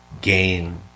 gain